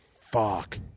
fuck